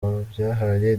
byahaye